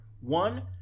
One